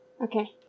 Okay